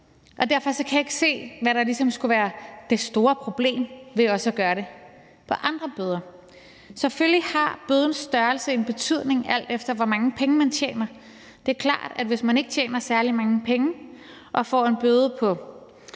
derfor kan jeg ikke se, hvad der ligesom skulle være det store problem ved også at gøre det ved andre bøder. Selvfølgelig har bødens størrelse en betydning, alt efter hvor mange penge man tjener. Det er klart, at det, hvis man ikke tjener særlig mange penge og man får en bøde på